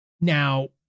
Now